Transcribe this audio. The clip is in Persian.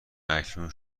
اکنون